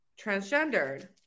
transgendered